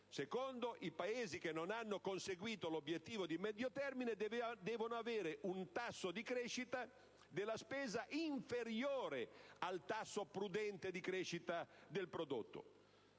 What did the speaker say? termine. I Paesi che non hanno conseguito l'obiettivo di medio termine devono avere un tasso di crescita della spesa inferiore al tasso "prudente" di crescita del prodotto.